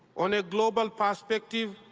on a global perspective,